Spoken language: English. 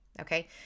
Okay